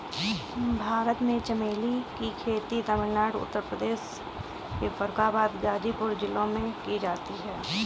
भारत में चमेली की खेती तमिलनाडु उत्तर प्रदेश के फर्रुखाबाद और गाजीपुर जिलों में की जाती है